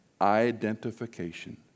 Identification